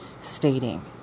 stating